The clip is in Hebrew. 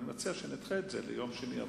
אני מציע שנדחה את זה ליום שני הבא.